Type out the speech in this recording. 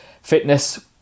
Fitness